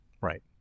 Right